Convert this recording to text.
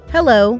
Hello